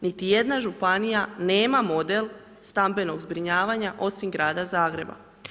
Niti jedna županija nema model stambenog zbrinjavanja osim Grad Zagreba.